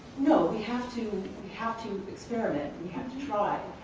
no. we have to have to experiment, we have to try.